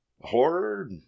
horror